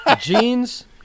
Jeans